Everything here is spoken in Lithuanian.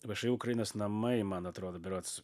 všį ukrainos namai man atrodo berods